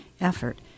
effort